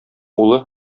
улы